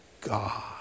God